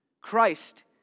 Christ